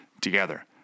together